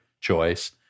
choice